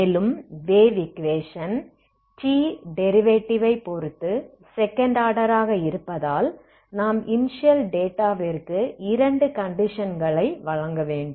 மேலும் wave equation t டெரிவேடிவை பொறுத்து செகண்ட் ஆர்டர் ஆக இருப்பதால் நாம் இனிஷியல் டேட்டாவிற்கு இரண்டு கண்டிஷன் களை வழங்க வேண்டும்